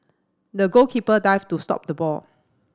the goalkeeper dived to stop the ball